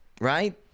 right